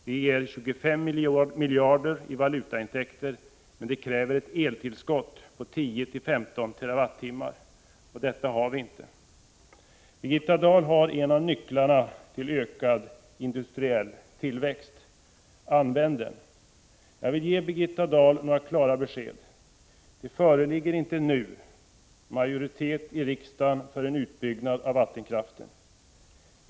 Detta ger 25 miljarder kronor i valutaintäkter, men det kräver ett eltillskott på 10-15 TWh. Det har vi inte. Birgitta Dahl har en av nycklarna till ökad industriell tillväxt. Använd den! Jag vill ge Birgitta Dahl några entydiga besked. Det föreligger inte nu majoritet i riksdagen för en utbyggnad av vattenkraften.